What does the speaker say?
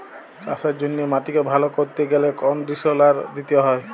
চাষের জ্যনহে মাটিক ভাল ক্যরতে গ্যালে কনডিসলার দিতে হয়